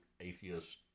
atheist